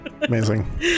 Amazing